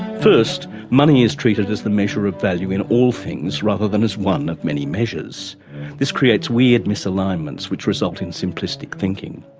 first money is treated as the measure of value in all things rather than as one of many measures this creates weird misalignments which result in simplistic thinking.